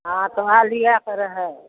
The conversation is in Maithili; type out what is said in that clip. हॅं तऽ ओहए लियैके रहै